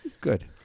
Good